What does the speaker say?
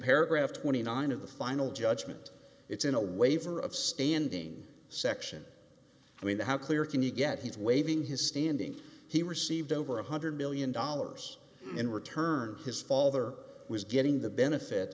paragraph twenty nine of the final judgment it's in a waiver of standing section i mean how clear can you get he's waving his standing he received over one hundred million dollars in return his father was getting the benefit